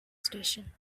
station